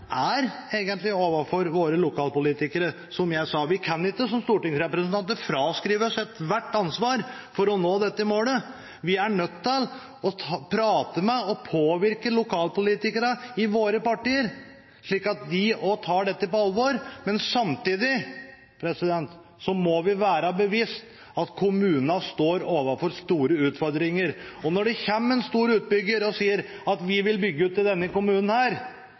er egentlig overfor våre lokalpolitikere, som jeg sa. Vi kan ikke som stortingsrepresentanter fraskrive oss ethvert ansvar for å nå dette målet. Vi er nødt til å prate med og påvirke lokalpolitikerne i våre partier, slik at de også tar dette på alvor, men samtidig må vi være bevisst på at kommunene står overfor store utfordringer. Når det kommer en stor utbygger og sier at vi vil bygge ut i denne kommunen,